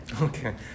Okay